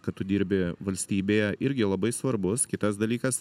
kad tu dirbi valstybėje irgi labai svarbus kitas dalykas